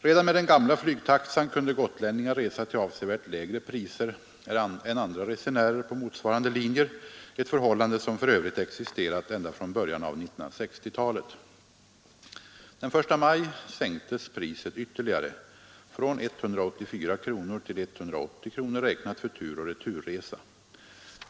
Redan med den gamla flygtaxan kunde gotlänningar resa till avsevärt lägre priser än andra resenärer på motsvarande linjer, ett förhållande som för övrigt existerat ända från början av 1960-talet. Den 1 maj sänktes priset ytterligare, från 184 kronor till 180 kronor räknat för tur och retur-resa.